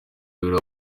rero